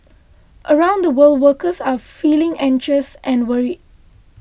around the world workers are feeling anxious and worried